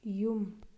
ꯌꯨꯝ